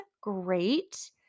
great